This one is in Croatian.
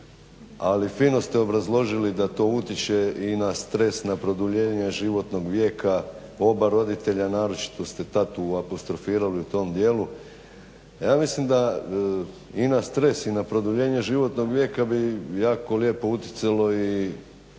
ali fino ste obrazložili da to utječe na stres i na produljenje životnog vijeka oba roditelja, naročito ste tad apostrofirali u tom dijelu. Ja mislim da i na stres i na produljenje životnog vijeka bi jako lijepo utjecalo i